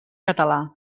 català